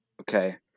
Okay